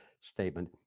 statement